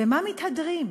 במה מתהדרים?